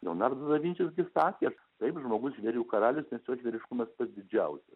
leonardo da vinčis gi sakė taip žmogus žvėrių karalius nes jo žvėriškumas pats didžiausias